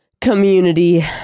community